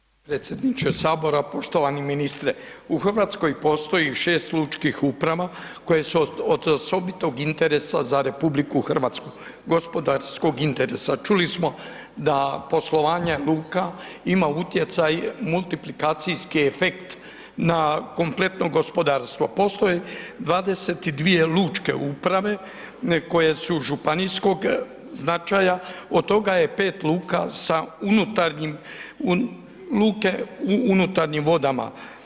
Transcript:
Poštovani podpredsjedniče sabora, poštovani ministre u Hrvatskoj postoji 6 lučkih uprava koje su od osobitog interesa za RH, gospodarskog interesa, čuli smo da poslovanje luka ima utjecaj, multiplikacijski efekt na kompletno gospodarstvo, postoje 22 lučke uprave, koje su županijskog značaja, od toga je 5 luka sa unutarnjim, luke u unutarnjim vodama.